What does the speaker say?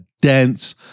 dense